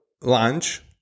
lunch